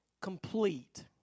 complete